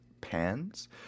pans